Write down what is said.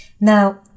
Now